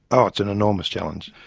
ah it's an enormous challenge,